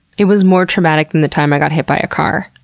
it was more traumatic than the time i got hit by a car.